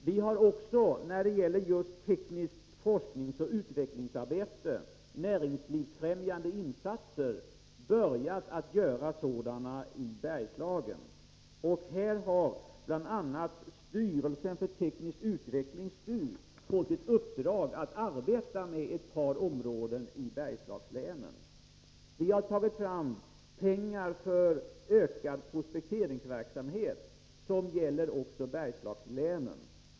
Vi har också när det gäller just tekniskt forskningsoch utvecklingsarbete börjat göra näringslivsfrämjande insatser i Bergslagen. Här har bl.a. styrelsen för teknisk utveckling fått i uppdrag att arbeta med ett par områden i Bergslagslänen. Vi har tagit fram pengar för ökad prospekteringsverksamhet som gäller också Bergslagslänen.